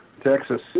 Texas